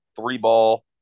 three-ball